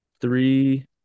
three